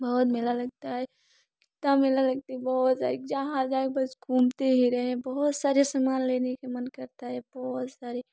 बहुत मेला लगता है इतना मेला लगता है बहुत जाए जहाँ जाए बस घूमते ही रहें बहुत सारे समान लेने का मन करता है बहुत सारे